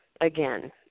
again